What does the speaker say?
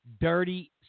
dirty